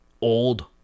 old